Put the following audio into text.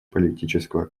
политического